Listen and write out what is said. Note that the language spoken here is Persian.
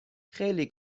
خیلی